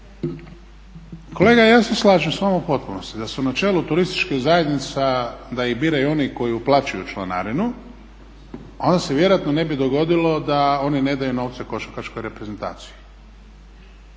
Kolega ja se slažem s vama u potpunosti da su na čelu turističke zajednica, da ih biraju oni koji uplaćuju članarinu, a onda se vjerojatno ne bi dogodilo da oni ne daju novce košarkaškoj reprezentaciji.